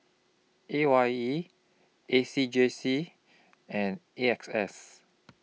A Y E A C J C and A X S